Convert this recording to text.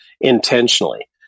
intentionally